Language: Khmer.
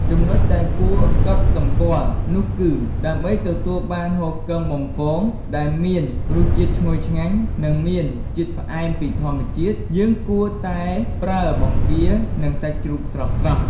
ចំណុចដែលគួរកត់សម្គាល់នោះគឺ ដើម្បីទទួលបានហ៊ូគឹងបំពងដែលមានរសជាតិឈ្ងុយឆ្ងាញ់ និងមានជាតិផ្អែមពីធម្មជាតិ យើងគួរតែប្រើ បង្គា និងសាច់ជ្រូកស្រស់ៗ។